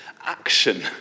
action